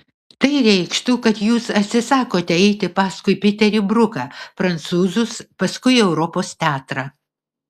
tai reikštų kad jūs atsisakote eiti paskui piterį bruką prancūzus paskui europos teatrą